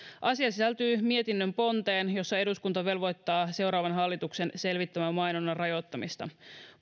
asia sisältyy mietinnön ponteen jossa eduskunta velvoittaa seuraavan hallituksen selvittämään mainonnan rajoittamista